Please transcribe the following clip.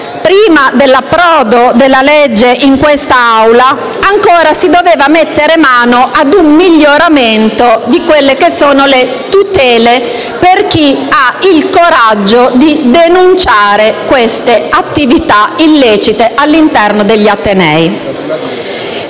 prima dell'approdo del disegno di legge in quest'Aula ancora si doveva mettere mano ad un miglioramento delle tutele previste per chi ha il coraggio di denunciare queste attività illecite all'interno degli atenei.